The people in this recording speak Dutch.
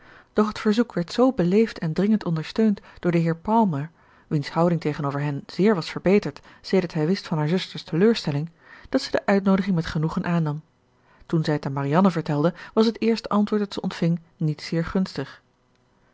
het verzoek werd zoo beleefd en dringend ondersteund door den heer palmer wiens houding tegenover hen zeer was verbeterd sedert hij wist van haar zuster's teleurstelling dat zij de uitnoodiging met genoegen aannam toen zij het aan marianne vertelde was het eerste antwoord dat zij ontving niet zeer gunstig